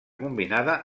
combinada